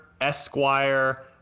Esquire